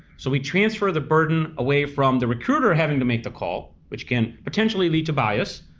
so we transfer the burden away from the recruiter having to make the call, which can potentially lead to bias,